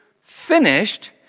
finished